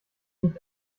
nicht